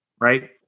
Right